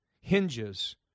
hinges